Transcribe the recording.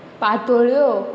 पातोळ्यो